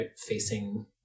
facing